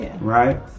right